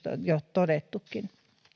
jo todettukin